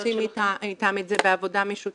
אנחנו עושים איתם את זה בעבודה משותפת.